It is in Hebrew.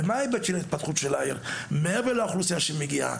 ומה ההיבט של ההתפתחות של העיר מעבר לאוכלוסייה שמגיעה,